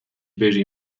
بری